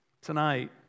tonight